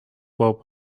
bob